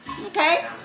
okay